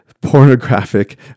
pornographic